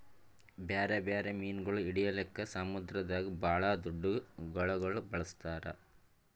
ಬ್ಯಾರೆ ಬ್ಯಾರೆ ಮೀನುಗೊಳ್ ಹಿಡಿಲುಕ್ ಸಮುದ್ರದಾಗ್ ಭಾಳ್ ದೊಡ್ದು ಗಾಳಗೊಳ್ ಬಳಸ್ತಾರ್